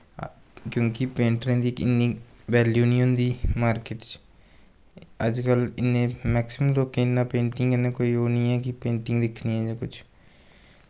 क्योंकि पेंटरें दी इन्नी वैल्यू निं होंदी मार्किट च अज्जकल इन्ने मैकसीमम लोकें इन्ना पेंटिंग कन्नै कोई ओह् निं ऐ कि पेंटिंग दिक्खनी ऐ जां कुछ